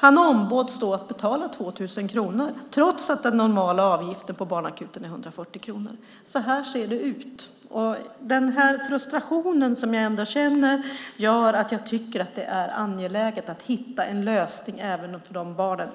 Han ombads då att betala 2 000 kronor, trots att den normala avgiften på barnakuten är 140 kronor. Så ser det ut. Den frustration jag känner gör att jag tycker att det är angeläget att hitta en lösning även för de barnen.